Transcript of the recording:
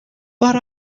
but